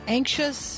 anxious